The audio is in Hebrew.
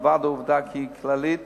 מלבד העובדה שהיא כללית